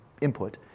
input